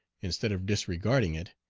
instead of disregarding it,